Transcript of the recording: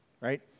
right